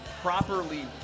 properly